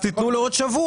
אז תיתנו לו עוד שבוע,